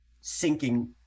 sinking